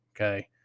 okay